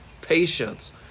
patience